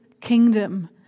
kingdom